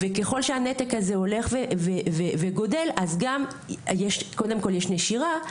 וככל שהנתק הזה הולך וגדל קודם כל יש נשירה,